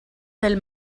del